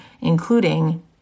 including